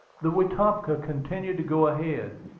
the wetumpka continued to go ahead.